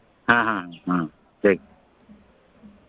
ᱦᱮᱸ ᱦᱮᱸ ᱴᱷᱤᱠ